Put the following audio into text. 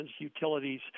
utilities